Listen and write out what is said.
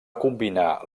combinar